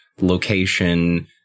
location